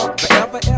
forever